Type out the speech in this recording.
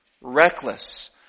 reckless